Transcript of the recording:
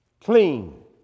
clean